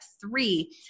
three